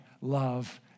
love